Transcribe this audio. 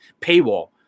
paywall